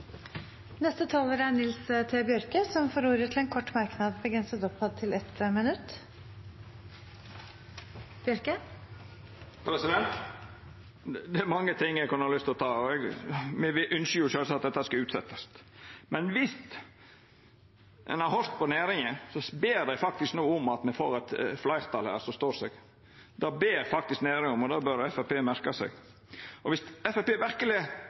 Nils T. Bjørke har hatt ordet to ganger tidligere og får ordet til en kort merknad, begrenset til 1 minutt. Det er mange ting eg kunne hatt lyst til å ta opp. Me ynskjer sjølvsagt at dette skal utsetjast, men viss ein hadde høyrt på næringa, ber dei faktisk no om at me får eit fleirtal her som står seg. Det ber faktisk næringa om, og det bør Framstegspartiet merka seg. Og om Framstegspartiet verkeleg